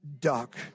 duck